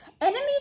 Enemy